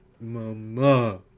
Mama